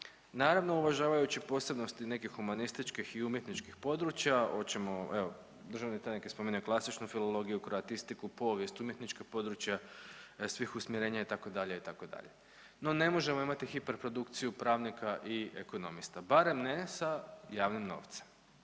naravno uvažavajući posebnosti nekih humanističkih i umjetničkih područja. Hoćemo evo državni tajnik je spomenuo klasičnu filologiju, kroatistiku, povijest, umjetnička područja svih usmjerenja itd. itd. No, ne možemo imati hiperprodukciju pravnika i ekonomista barem ne sa javnim novcem.